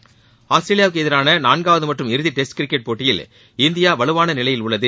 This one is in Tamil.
விளையாட்டுச் செய்திகள் ஆஸ்திரேலியாவுக்கு எதிரான நான்காவது மற்றும் இறுதி டெஸ்ட் கிரிக்கெட் போட்டியில் இந்தியா வலுவான நிலையில் உள்ளது